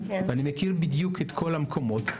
אני מכיר בדיוק את כל המקומות.